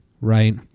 right